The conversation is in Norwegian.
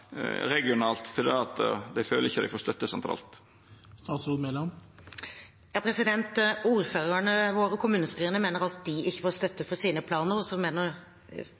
regionalt fordi dei ikkje føler at dei får støtte sentralt? Ordførerne våre og kommunestyrene mener altså at de ikke får støtte for sine planer, og så mener